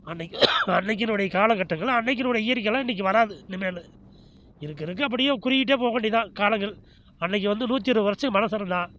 அன்னைக்கு அன்னைக்கினுடைய காலகட்டங்கள் அன்னைக்கினுடைய இயற்கை எல்லாம் இன்னைக்கு வராது இனிமேல் இருக்க இருக்க அப்ப்டியே குறுகிட்டே போக வேண்டியது தான் காலங்கள் அன்னைக்கு வந்து நூற்று இருபது வருஷம் மனுசன் இருந்தான்